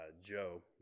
Joe